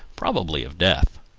probably of death.